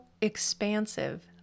expansive